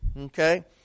okay